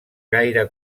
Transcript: gaire